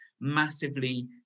massively